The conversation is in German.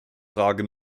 frage